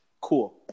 Cool